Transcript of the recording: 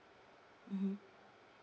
mmhmm